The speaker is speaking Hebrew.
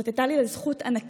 זאת הייתה לי זכות ענקית